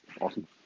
Awesome